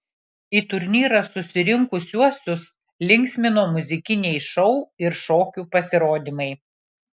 į turnyrą susirinkusiuosius linksmino muzikiniai šou ir šokių pasirodymai